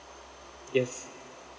yes